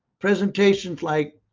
presentations like